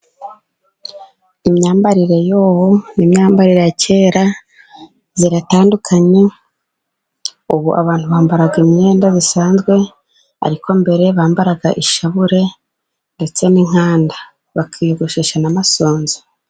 Imyambarire y'ubu n'imyambarire ya kera iratandukanye. Ubu abantu bambara imyenda bisanzwe, ariko mbere bambaraga ishabure, ndetse n'inkanda, bakiyogoshesha n'amasunzu.